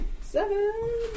Seven